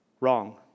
Wrong